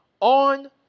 on